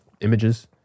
images